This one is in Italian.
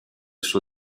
suo